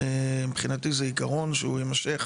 מבחינתי זה עקרון שהוא יימשך,